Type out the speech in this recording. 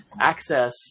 access